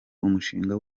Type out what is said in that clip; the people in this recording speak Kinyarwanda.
umushinga